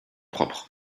propres